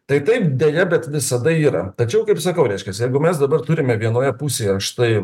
tai taip deja bet visada yra tačiau kaip sakau reiškias jeigu mes dabar turime vienoje pusėje štai